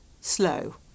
slow